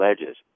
ledges